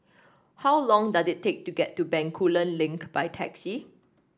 how long does it take to get to Bencoolen Link by taxi